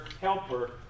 helper